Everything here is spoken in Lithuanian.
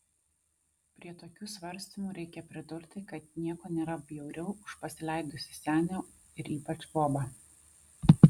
prie tokių svarstymų reikia pridurti kad nieko nėra bjauriau už pasileidusį senį ir ypač bobą